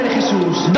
Jesus